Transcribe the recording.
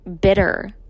bitter